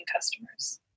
customers